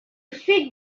street